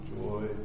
joy